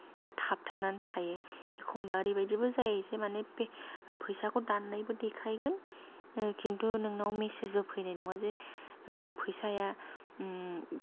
बा थाबथानानै थायो एखम्बा ओरैबायदिबो जायो जे माने पे फैसाखौ दान्नायबो देखायगोन किन्तु नोंनाव मेसेजबो फैनाय नङा जे फैसाया